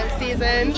season